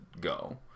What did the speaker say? go